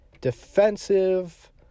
defensive